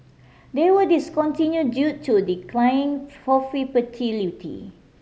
they were discontinue due to declining profitability